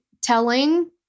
telling